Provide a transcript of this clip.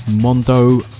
Mondo